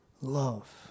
love